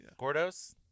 Gordos